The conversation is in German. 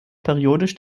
periodisch